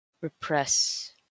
repress